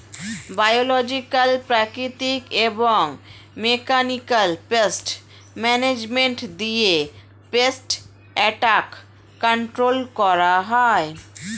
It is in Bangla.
বায়োলজিকাল, প্রাকৃতিক এবং মেকানিকাল পেস্ট ম্যানেজমেন্ট দিয়ে পেস্ট অ্যাটাক কন্ট্রোল করা হয়